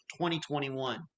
2021